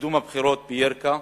לקיום הבחירות בירכא,